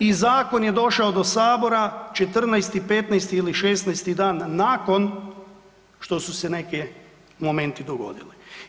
I zakon je došao do Sabora 14., 15. ili 16. dan nakon što su se neki momenti dogodili.